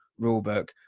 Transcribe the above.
rulebook